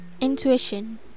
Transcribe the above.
Intuition